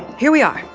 here we are,